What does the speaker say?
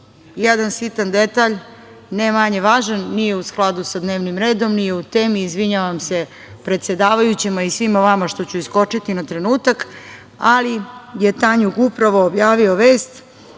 jedan sitan detalj, ne manje važan, nije u skladu sa dnevnim redom, nije u temi. Izvinjavam se predsedavajućem, a i svim vama što ću iskočiti na trenutak. Ali, TANjUG je upravo objavio vest,